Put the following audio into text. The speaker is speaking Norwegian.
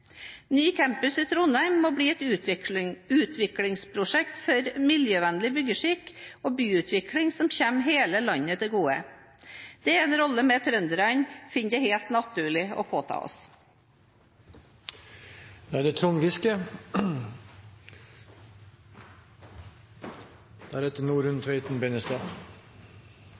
Ny campus i Trondheim må bli et utviklingsprosjekt for miljøvennlig byggeskikk og byutvikling som kommer hele landet til gode. Det er en rolle vi trøndere finner det helt naturlig å påta oss. Som den tredje sørtrønderen i komiteen kan jeg slutte meg til det som er